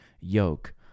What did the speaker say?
yoke